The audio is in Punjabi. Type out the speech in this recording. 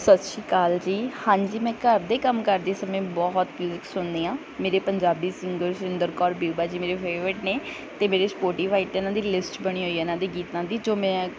ਸਤਿ ਸ਼੍ਰੀ ਅਕਾਲ ਜੀ ਹਾਂਜੀ ਮੈਂ ਘਰ ਦੇ ਕੰਮ ਕਰਦੇ ਸਮੇਂ ਬਹੁਤ ਗੀਤ ਸੁਣਦੀ ਹਾਂ ਮੇਰੇ ਪੰਜਾਬੀ ਸਿੰਗਰ ਸੁਰਿੰਦਰ ਕੌਰ ਬੀਬਾ ਜੀ ਮੇਰੇ ਫੇਵਰਟ ਨੇ ਅਤੇ ਮੇਰੇ ਸਪੋਟੀਫਾਈ 'ਤੇ ਉਹਨਾਂ ਦੀ ਲਿਸਟ ਬਣੀ ਹੋਈ ਹੈ ਇਹਨਾਂ ਦੀ ਗੀਤਾਂ ਦੀ ਜੋ ਮੈਂ